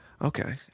Okay